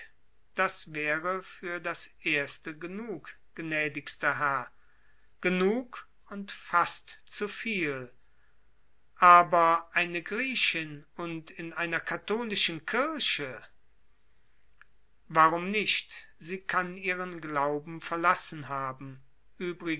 das wäre fürs erste genug gnädigster herr genug und fast zu viel aber eine griechin und in einer katholischen kirche warum nicht sie kann ihren glauben verlassen haben